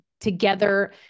together